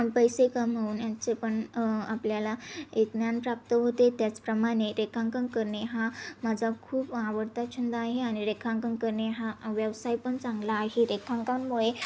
पैसे कमवण्याचे पण आपल्याला एक ज्ञान प्राप्त होते त्याचप्रमाने रेखांकन करणे हा माझा खूप आवडता छंद आहे आणि रेखांकन करणे हा व्यवसाय पण चांगला आहे रेखांकांमुळे